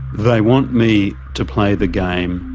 they want me to play the game,